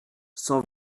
sans